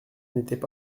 n’étaient